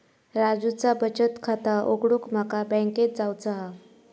राजूचा बचत खाता उघडूक माका बँकेत जावचा हा